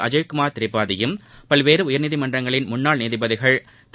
அஜய்குமார் திரிபாதியும் பல்வேறு உயர்நீதிமன்றங்களின் முன்னாள் நீதிபதிகள் திரு